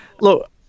Look